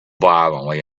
violently